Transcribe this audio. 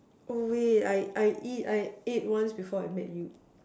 oh wait I I eat I ate once before I met you